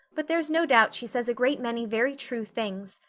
but there's no doubt she says a great many very true things.